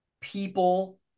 people